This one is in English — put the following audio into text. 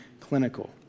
clinical